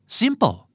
simple